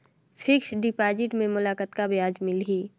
Fixed deposit मे मोला कतका ब्याज मिलही?